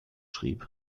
schrieb